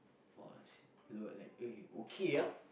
!wah! we were like eh okay ah